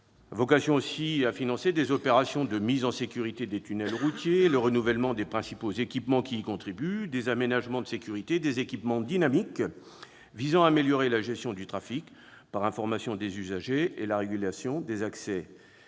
également à financer des opérations de mise en sécurité des tunnels routiers et le renouvellement des principaux équipements qui y contribuent, des aménagements de sécurité, des équipements dynamiques visant à améliorer la gestion du trafic par l'information des usagers et la régulation des accès